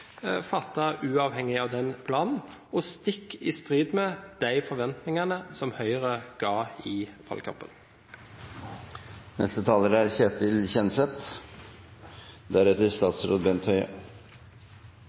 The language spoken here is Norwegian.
fattet uavhengig av den planen og stikk i strid med de forventningene Høyre skapte i valgkampen? Jeg må starte med Arbeiderpartiet som